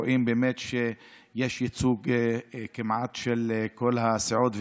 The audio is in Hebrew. רואים באמת שיש ייצוג כמעט של כל הסיעות,